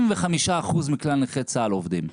75% מכלל נכי צה"ל עובדים.